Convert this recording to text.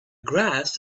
grass